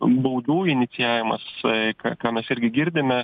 baudų inicijavimas ką ką mes irgi girdime